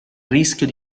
rischio